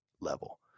level